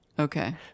Okay